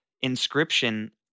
inscription